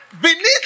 Beneath